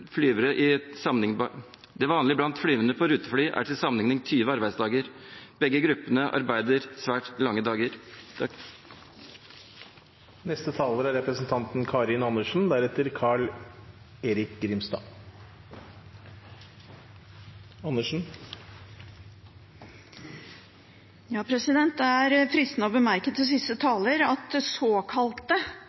Det vanlige blant flyvere på rutefly er til sammenligning 20 arbeidsdager. Begge gruppene arbeider svært lange dager. Det er fristende å bemerke til siste taler at såkalte seriøse partier tydeligvis kan tillate seg å sitte og se på en slik krise som er varslet, som kommer, og at